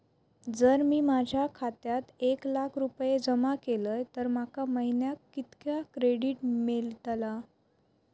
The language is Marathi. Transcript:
जर मी माझ्या खात्यात एक लाख रुपये जमा केलय तर माका महिन्याक कितक्या क्रेडिट मेलतला?